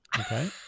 Okay